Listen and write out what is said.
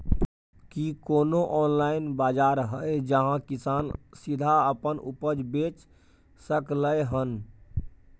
की कोनो ऑनलाइन बाजार हय जहां किसान सीधा अपन उपज बेच सकलय हन?